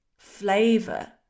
Flavor